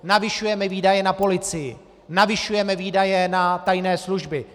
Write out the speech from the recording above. Navyšujeme výdaje na policii, navyšujeme výdaje na tajné služby.